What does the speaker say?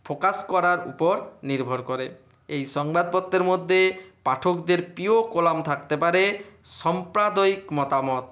focus করার উপর নির্ভর করে এই সংবাদপত্তের মধ্যে পাঠকদের প্রিয় কলাম থাকতে পারে সম্পাদকীয় মতামত